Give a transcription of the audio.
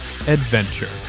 Adventure